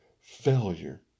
failure